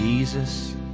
Jesus